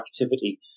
activity